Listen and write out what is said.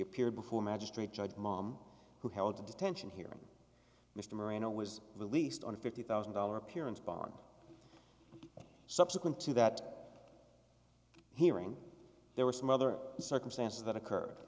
appeared before a magistrate judge mom who held a detention hearing mr marino was released on a fifty thousand dollars appearance bond subsequent to that hearing there were some other circumstances that occurred